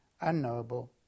unknowable